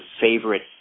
favorite